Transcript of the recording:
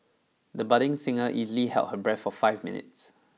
the budding singer easily held her breath for five minutes